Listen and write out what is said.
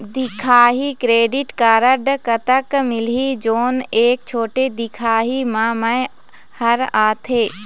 दिखाही credit card कतक मिलही जोन एक छोटे दिखाही म मैं हर आथे?